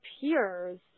peers